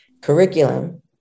curriculum